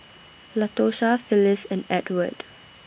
Latosha Phillis and Edward